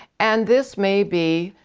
and this may be